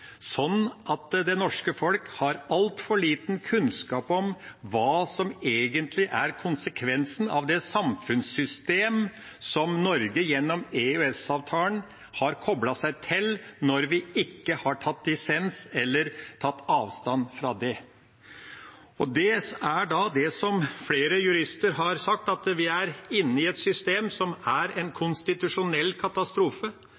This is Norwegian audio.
sånn at det norske folk har altfor liten kunnskap om hva som egentlig er konsekvensen av det samfunnssystemet som Norge gjennom EØS-avtalen har koblet seg til når vi ikke har tatt dissens eller tatt avstand fra det. Vi er da, som flere jurister har sagt, inne i et system som er en